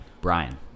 brian